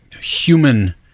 human